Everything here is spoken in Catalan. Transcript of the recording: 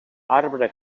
arbre